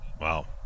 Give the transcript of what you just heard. Wow